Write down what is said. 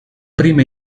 prima